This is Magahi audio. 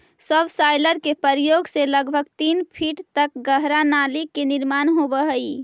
सबसॉइलर के प्रयोग से लगभग तीन फीट तक गहरा नाली के निर्माण होवऽ हई